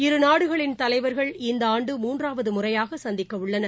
இரு நாடுகளின் தலைவர்கள் இந்தஆண்டு மூன்றாவதுமுறையாகசந்திக்கவுள்ளனர்